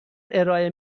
ارائه